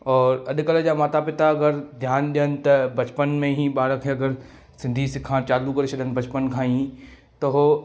और अॼुकल्ह जा माता पिता अगरि ध्यानु ॾियनि त बचपन में ई ॿार खे अगरि सिंधी सिखणु चालू करे छॾणु बचपन खां ई त हो